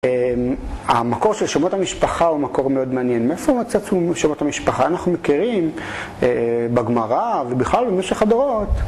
המקור של שמות המשפחה הוא מקור מאוד מעניין מאיפה מצאתם שמות המשפחה? אנחנו מכירים בגמרא ובכלל במשך הדורות